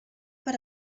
per